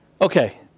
Okay